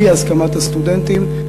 בלי הסכמת הסטודנטים?